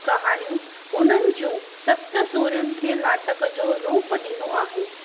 कहानियूं हुननि जूं सत सुरियुनि खे नाटक जो रूप ॾिनो आहे